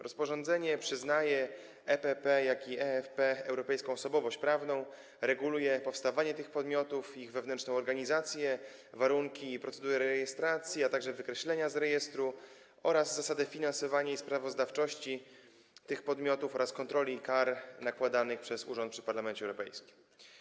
Rozporządzenie przyznaje EPP i EFP europejską osobowość prawną, reguluje powstawanie tych podmiotów, ich wewnętrzną organizację, warunki i procedury rejestracji, a także wykreślenia z rejestru oraz zasady finansowania i sprawozdawczości tych podmiotów oraz kontroli i kar nakładanych przez urząd przy Parlamencie Europejskim.